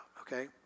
Okay